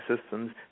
systems